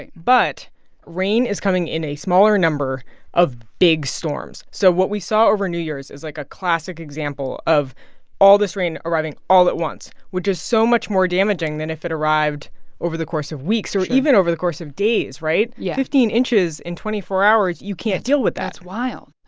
but rain is coming in a smaller number of big storms so what we saw over new year's is, like, a classic example of all this rain arriving all at once, which is so much more damaging than if it arrived over the course of weeks or even over the course of days, right? yeah fifteen inches in twenty four hours you can't deal with that that's wild.